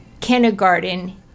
kindergarten